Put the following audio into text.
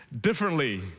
differently